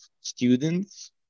students